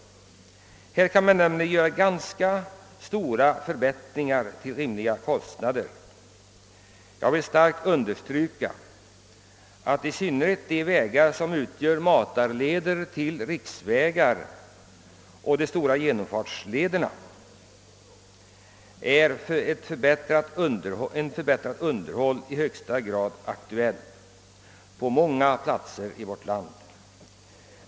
Här kan det nämligen göras ganska stora förbättringar till rimliga kostnader. Jag vill starkt understryka att i synnerhet beträffande de vägar som utgör matarleder till riksvägar och de stora genomfartslederna är ett förbättrat underhåll i högsta grad aktuellt på många platser i vårt land.